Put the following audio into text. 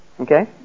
Okay